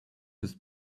his